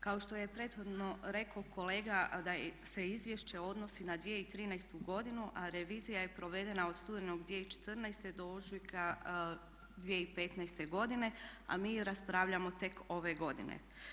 Kao što je prethodno rekao kolega da se izvješće odnosi na 2013. godinu, a revizija je provedena od studenog 2014. do ožujka 2015. godine a mi je raspravljamo tek ove godine.